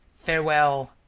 farewell!